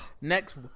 next